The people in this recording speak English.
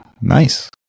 nice